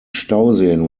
stauseen